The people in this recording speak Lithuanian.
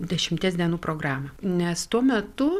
dešimties dienų programą nes tuo metu